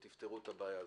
תפתרו את הבעיה הזו.